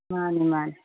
ꯃꯥꯅꯤ ꯃꯥꯅꯤ